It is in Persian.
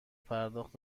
پرداخت